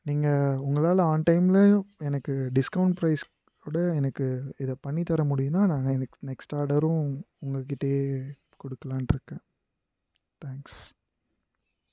நீங்கள் உங்களால் ஆன் டைமில் எனக்கு டிஸ்க்கவுண்ட் ப்ரைஸ் கூட எனக்கு இதை பண்ணி தர முடியும்னா நாங்கள் எங்கள் நெக்ஸ்ட் ஆர்டரும் உங்கள் கிட்டேயே கொடுக்குலான்ட்டு இருக்கேன் தேங்க்ஸ்